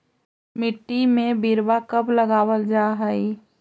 मिट्टी में बिरवा कब लगावल जा हई?